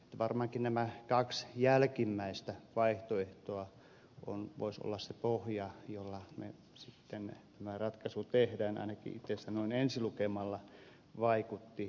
varmaankin nämä kaksi jälkimmäistä vaihtoehtoa voisivat olla se pohja jolla me sitten tämä ratkaisu tehdään ainakin itsestä noin ensilukemalla vaikutti siltä